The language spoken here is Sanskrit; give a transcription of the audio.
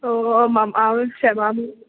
ओमाम् आवश्यम् आम्